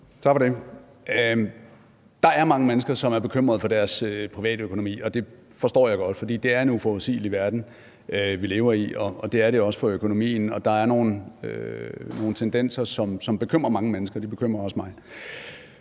Tak for det. Der er mange mennesker, som er bekymrede for deres privatøkonomi, og det forstår jeg godt, for det er en uforudsigelig verden, vi lever i, og det er det også i forhold til økonomien. Der er nogle tendenser, som bekymrer mange mennesker, og som også bekymrer mig.